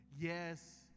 Yes